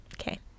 Okay